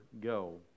go